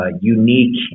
unique